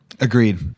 Agreed